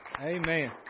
Amen